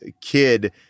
kid